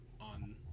on